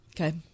okay